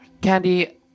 Candy